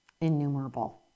innumerable